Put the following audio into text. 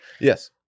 Yes